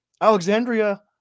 alexandria